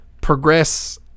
progress